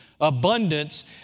abundance